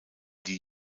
die